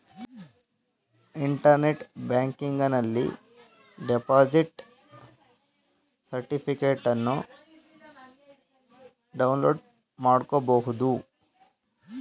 internet ಬ್ಯಾಂಕಿಂಗನಲ್ಲಿ deposit ಸರ್ಟಿಫಿಕೇಟನ್ನು download ಮಾಡ್ಕೋಬಹುದು